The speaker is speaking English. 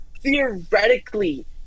Theoretically